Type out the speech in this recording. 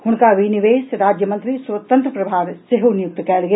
हुनका विनिवेश राज्य मंत्री स्वतंत्र प्रभार सेहो नियुक्त कयल गेल